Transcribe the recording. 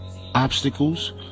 obstacles